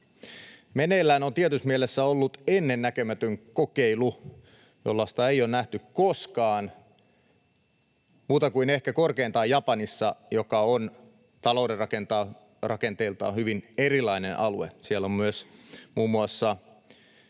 Meneillään on tietyssä mielessä ollut ennennäkemätön kokeilu, jollaista ei ole nähty koskaan, muuta kuin ehkä korkeintaan Japanissa, joka on talouden rakenteeltaan hyvin erilainen alue. Siellä on myös muun muassa